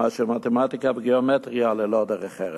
מאשר מתמטיקה וגיאומטריה ללא דרך ארץ.